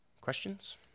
Questions